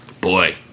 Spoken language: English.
Boy